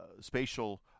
spatial